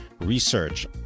Research